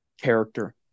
character